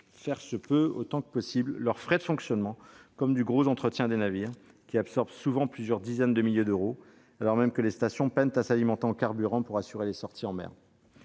en réduisant autant que possible leurs frais de fonctionnement. Ainsi, le gros entretien des navires absorbe souvent plusieurs dizaines de milliers d'euros, alors même que les stations peinent à s'alimenter en carburant pour assurer les sorties en mer.